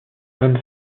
von